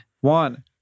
One